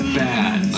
bad